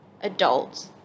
adults